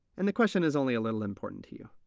and the question is only a little important to you.